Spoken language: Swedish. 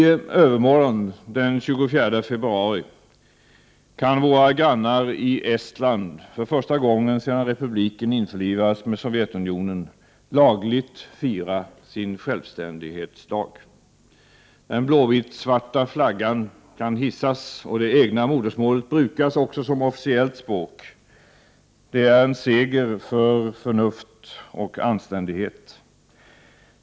I övermorgon, den 24 februari, kan våra grannar i Estland, för första gången sedan republiken införlivades med Sovjetunionen, lagligt fira sin självständighetsdag. Den blå-vit-svarta flaggan kan hissas och det egna modersmålet brukas, också som officiellt språk. Det är en seger för förnuft och anständighet.